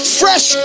fresh